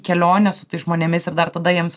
kelionę su tais žmonėmis ir dar tada jiems